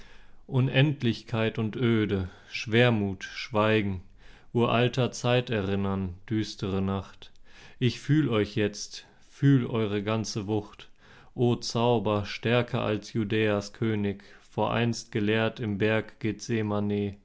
unendlichkeit und öde schwermut schweigen uralter zeit erinnern düstere nacht ich fühl euch jetzt fühl eure ganze wucht o zauber stärker als judäas könig voreinst gelehrt im berg